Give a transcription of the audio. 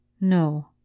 No